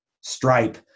Stripe